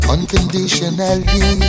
Unconditionally